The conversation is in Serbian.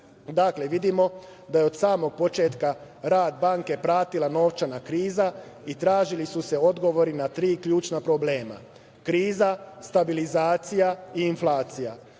Dakle, vidimo da je od samog početka rad banke pratila novčana kriza i tražili su se odgovori na tri ključna problema – kriza, stabilizacija i inflacija.Za